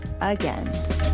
again